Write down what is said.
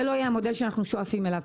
זה לא יהיה המודל שאנחנו שואפים אליו.